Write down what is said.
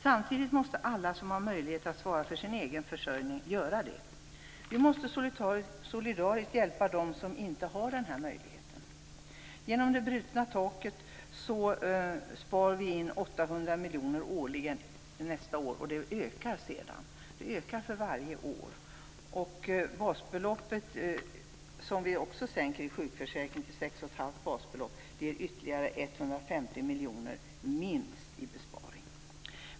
Samtidigt måste alla som har möjlighet att svara för sin egen försörjning göra det, men vi måste solidariskt hjälpa dem som inte har den här möjligheten. Genom detta med ett brutet tak sparar vi årligen 800 miljoner kronor från nästa år. Därefter blir det en ökning för varje år. Också sparbeloppet i sjukförsäkringen sänker vi, till 6,5 basbelopp. Detta ger ytterligare minst 150 miljoner kronor i besparing.